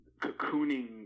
cocooning